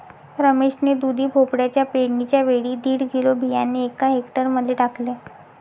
रमेश ने दुधी भोपळ्याच्या पेरणीच्या वेळी दीड किलो बियाणे एका हेक्टर मध्ये टाकले